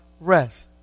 rest